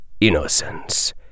innocence